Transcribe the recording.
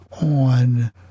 on